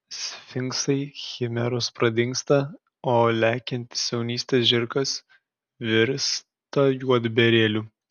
sfinksai chimeros pradingsta o lekiantis jaunystės žirgas virsta juodbėrėliu